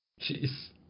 jeez